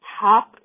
top